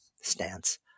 stance